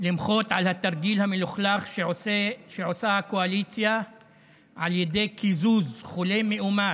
למחות על התרגיל המלוכלך שעושה הקואליציה על ידי קיזוז חולה מאומת,